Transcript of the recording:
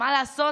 מה לעשות,